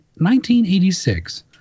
1986